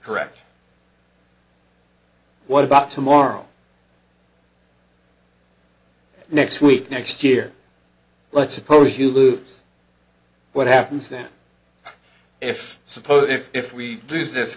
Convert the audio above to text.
correct what about tomorrow next week next year let's suppose you loops what happens then if suppose if we lose this